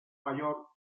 mayor